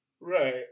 Right